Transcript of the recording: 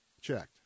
checked